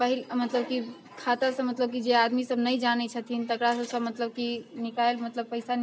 पहिल मतलब कि खाता से मतलब कि जे आदमी सभ नहि जानै छथिन तेकरा सभ से मतलब कि निकलि मतलब पैसा